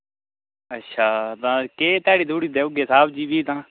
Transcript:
अच्छा तां केह् ध्याड़ी ध्यूड़ी देई ओड़गे साह्ब जी भी तां